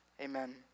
Amen